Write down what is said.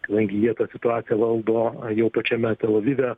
kadangi jie tą situaciją valdo jau pačiame tel avive